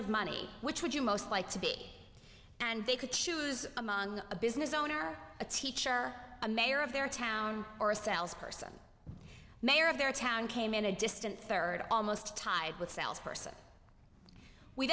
of money which would you most like to be and they could choose among a business owner a teacher a mayor of their town or a salesperson mayor of their town came in a distant third almost tied with salesperson we